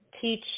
teach